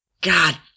God